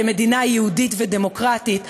כמדינה יהודית ודמוקרטית,